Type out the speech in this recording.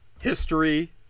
history